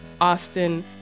austin